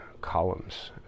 columns